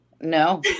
No